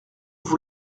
vous